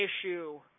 issue